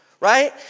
right